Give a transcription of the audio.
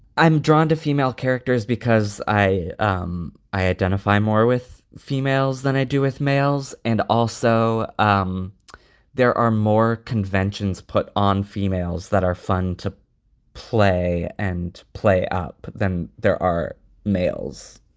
drawn to female characters because i um i identify more with females than i do with males. and also um there are more conventions put on females that are fun to play and play up than there are males.